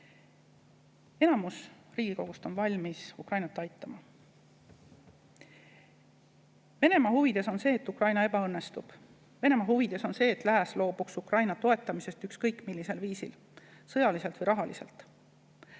enamus on valmis Ukrainat aitama. Venemaa huvides on see, et Ukraina ebaõnnestuks. Venemaa huvides on see, et lääs loobuks Ukraina toetamisest ükskõik millisel viisil, sõjaliselt või rahaliselt.